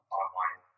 online